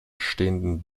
stehenden